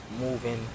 moving